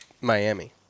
Miami